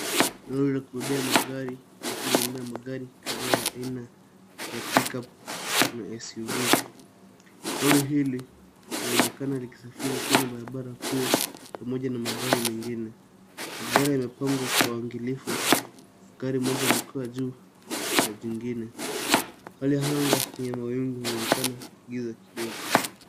Lori la kubebea magari likiwa limebeba magari aina ya pickup na SUV , lori hili lina onekana liki safiri kwenye barabara kuu pamoja na magari mengine. Gari ya pangwa kwa uangalifu, gari moja likiwa juu ya jingine, hali ya anga na mawingu ina onekana giza kidogo.